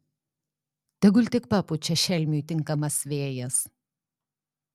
tegul tik papučia šelmiui tinkamas vėjas